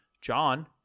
John